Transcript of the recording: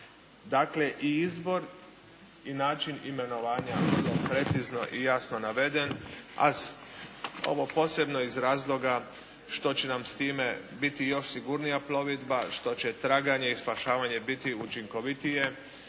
Dakle i izbor i način imenovanja vrlo precizno i jasno naveden. A ovo posebno iz razloga što će nam s time biti još sigurnija plovidba, što je traganje i spašavanje biti učinkovitije